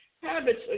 habits